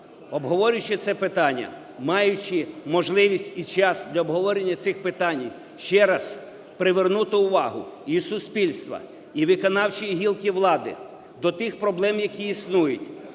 обговорюючи це питання, маючи можливість і час для обговорення цих питань, ще раз привернути увагу і суспільства, і виконавчої гілки влади до тих проблем, які існують,